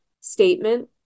statement